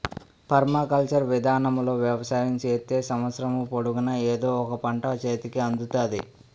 permaculture విధానములో వ్యవసాయం చేత్తే సంవత్సరము పొడుగునా ఎదో ఒక పంట సేతికి అందుతాది